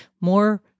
more